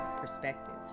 perspective